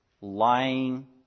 lying